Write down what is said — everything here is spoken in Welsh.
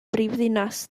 brifddinas